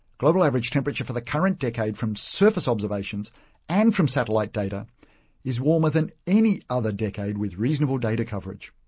global-average temperature for the current decade from surface observations and from satellite data is warmer than any other decade with reasonable data coverage.